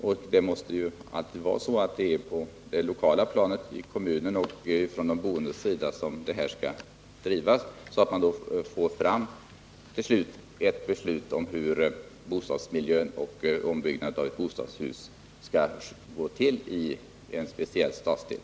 Och det måste alltid vara så att en sådan här fråga drivs på det lokala planet i kommunerna och bland de boende, så att man till slut får fram ett beslut om boendemiljön och hur ombyggnaden av ett bostadshus skall gå till i en speciell stadsdel.